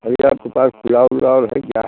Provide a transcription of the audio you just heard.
भैया आपके पास फ्लावर वलावर है क्या